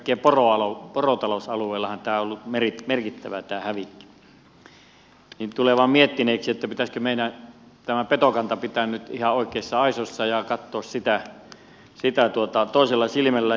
ennen kaikkea porotalousalueillahan tämä hävikki on ollut merkittävä ja tulee vain miettineeksi pitäisikö meidän tämä petokanta pitää nyt ihan oikeissa aisoissa ja katsoa sitä toisella silmällä